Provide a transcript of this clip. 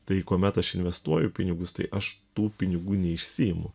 tai kuomet aš investuoju pinigus tai aš tų pinigų neišsiimu